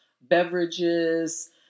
beverages